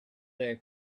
there